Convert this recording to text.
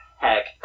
Heck